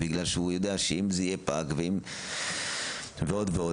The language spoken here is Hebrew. אם הוא יודע שיהיה לו פג ועוד ועוד.